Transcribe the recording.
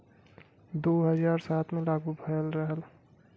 दू हज़ार सात मे लागू भएल रहल